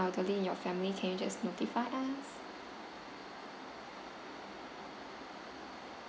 and elderly in your family can you just notify us